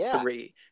three